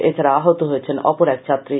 এছাড়া আহত হয়েছেন অপর এক ছাত্রী